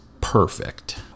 perfect